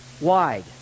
wide